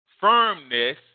firmness